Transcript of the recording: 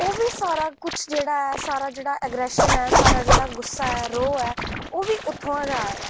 ओह्बी सारा किश जेह्ड़ा ऐ सारा सारा जेह्ड़ा गुस्सा ऐ रोह् ऐ ओह्बी उत्थुआं गै आए दा